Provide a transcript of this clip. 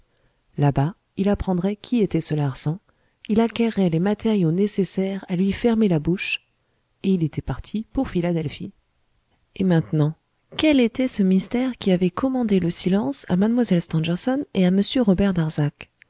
làbas il apprendrait qui était ce larsan il acquerrait les matériaux nécessaires à lui fermer la bouche et il était parti pour philadelphie et maintenant quel était ce mystère qui avait commandé le silence à mlle stangerson et à m robert darzac